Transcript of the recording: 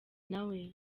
nawe